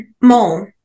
Mole